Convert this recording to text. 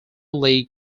league